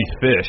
Fish